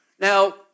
Now